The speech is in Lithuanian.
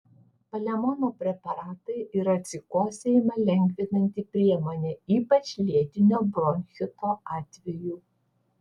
palemono preparatai yra atsikosėjimą lengvinanti priemonė ypač lėtinio bronchito atveju